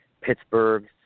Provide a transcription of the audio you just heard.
Pittsburgh